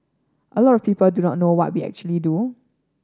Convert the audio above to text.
a lot of people do not know what we actually do